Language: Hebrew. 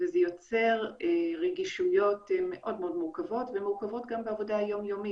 וזה יוצר רגישויות מאוד מאוד מורכבות והן מורכבות גם בעבודה היום יומית.